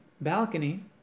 balcony